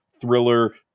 thriller